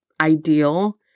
ideal